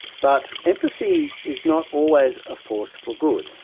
but empathy is not always a force for good.